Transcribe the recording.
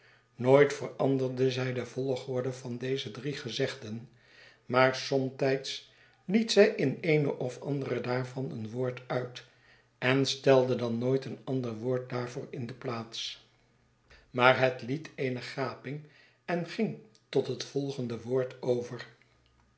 nooit veranderde zij de volgorde van deze drie gezegden maar somtijds liet zij in eene of andere daarvan een woord uit en stelde dan nooit een ander woord daarvoor in de plaats maar liet eene gaping en ging tot het volgende woord over